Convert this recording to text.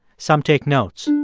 some take notes